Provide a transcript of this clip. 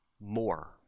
more